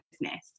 business